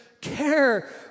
care